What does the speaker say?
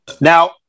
Now